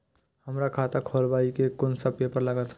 हमरा खाता खोलाबई में कुन सब पेपर लागत?